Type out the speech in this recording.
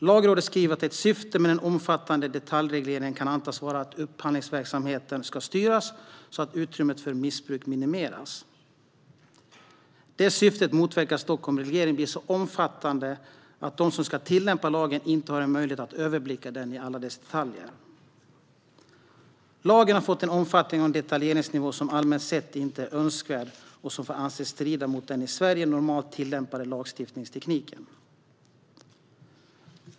Lagrådet skriver att ett syfte med den omfattande detaljregleringen kan antas vara att upphandlingsverksamheten ska styras så att utrymmet för missbruk minimeras. Det syftet motverkas dock om regleringen blir så omfattande att de som ska tillämpa lagen inte har en möjlighet att överblicka den i alla dess detaljer. Lagen har fått en omfattning och en detaljeringsnivå som allmänt sett inte är önskvärd och som får anses strida mot den i Sverige normalt tillämpade lagstiftningstekniken.